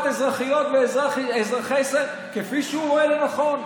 אזרחיות ואזרחי ישראל כפי שהוא רואה לנכון.